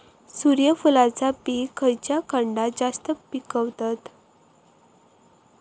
सूर्यफूलाचा पीक खयच्या खंडात जास्त पिकवतत?